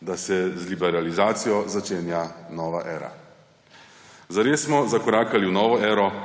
da se z liberalizacijo začenja nova era. Zares smo zakorakali v novo ero –